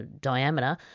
diameter